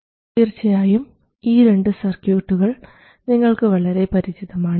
തീർച്ചയായും ഈ രണ്ട് സർക്യൂട്ടുകൾ നിങ്ങൾക്ക് വളരെ പരിചിതമാണ്